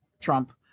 Trump